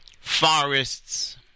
forests